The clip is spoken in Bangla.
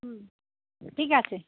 হুম ঠিক আছে